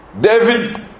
David